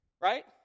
right